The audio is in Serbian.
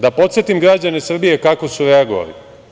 Da podsetim građane Srbije kako su reagovali.